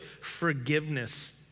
forgiveness